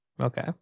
Okay